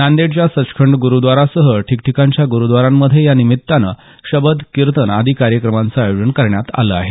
नांदेडच्या सचखंड गुरुद्वारासह ठिकठिकाणच्या ग्रुद्वारांमध्ये या निमित्तानं शबद कीर्तन आदी कार्यक्रमांचं आयोजन करण्यात आलं आहे